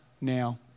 now